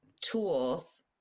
tools